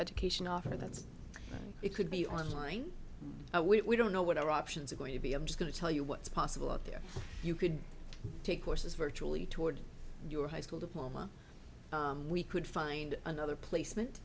education offer that's it could be online we don't know what our options are going to be i'm just going to tell you what's possible out there you could take courses virtually toward your high school diploma we could find another placement